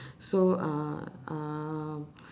so uh uh